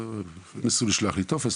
ניסו לשלוח לי טופס,